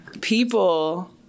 people